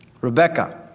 Rebecca